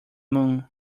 moon